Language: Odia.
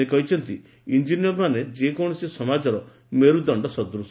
ସେ କହିଛନ୍ତି ଇଞ୍ଜିନିୟରମାନେ ଯେକୌଣସି ସମାଜର ମେରୁଦଣ୍ଡ ସଦ୍ୱଶ